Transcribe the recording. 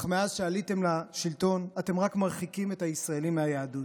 אך מאז שעליתם לשלטון אתם רק מרחיקים את הישראלים מהיהדות.